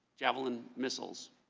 javelin missiles.